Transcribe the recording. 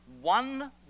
one